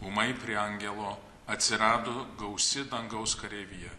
ūmai prie angelo atsirado gausi dangaus kareivija